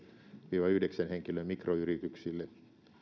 viiva yhdeksän henkilön mikroyrityksille